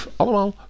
allemaal